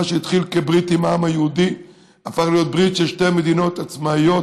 מה שהתחיל כברית עם העם היהודי הפך להיות ברית של שתי מדינות עצמאיות,